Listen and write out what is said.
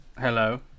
Hello